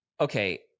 okay